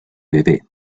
bebe